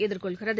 எதிர்கொள்கிறது